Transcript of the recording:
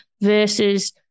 versus